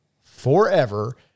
forever